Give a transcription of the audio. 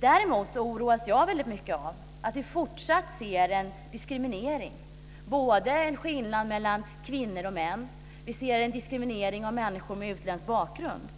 Däremot oroas jag av att vi fortsatt ser en diskriminering. Vi ser en skillnad mellan kvinnor och män. Vi ser en diskriminering av människor med utländsk bakgrund.